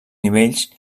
nivells